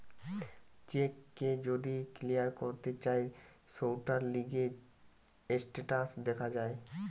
check কে যদি clear করতে চায় সৌটার লিগে স্টেটাস দেখা যায়